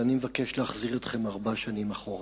אבל אני מבקש להחזיר אתכם ארבע שנים אחורה,